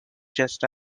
just